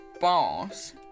boss